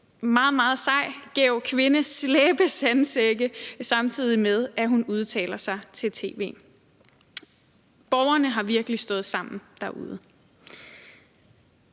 meget, meget sej og gæv kvinde slæbe sandsække, samtidig med at hun udtaler sig til tv. Borgerne har virkelig stået sammen derude.